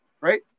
right